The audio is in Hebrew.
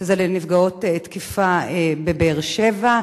שזה מרכז לנפגעות תקיפה מינית בבאר-שבע.